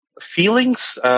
feelings –